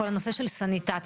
כל הנושא של סניטציה.